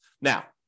Now